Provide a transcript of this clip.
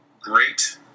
great